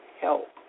help